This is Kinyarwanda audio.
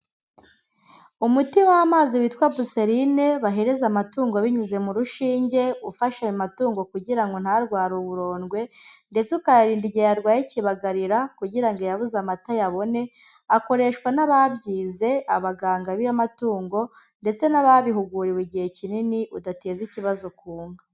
Umuti w'amazi witwa buserine bahereza amatungo binyuze mu rushinge, ufasha ayo matungo kugira ngo ntarware uburondwe, ndetse ukayarinda igihe yarwaye ikibagarira, kugira ngo iyabuze amata iyabone, akoreshwa n'ababyize; baganga b'amatungo ndetse n'ababihuguriwe igihe kinini, udateza ikibazo ku nka.